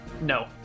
no